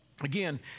Again